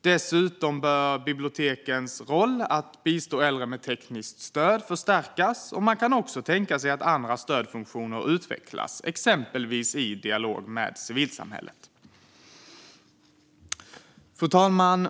Dessutom bör bibliotekens roll att bistå äldre med tekniskt stöd förstärkas, och man kan även tänka sig att andra stödfunktioner utvecklas, exempelvis i dialog med civilsamhället. Fru talman!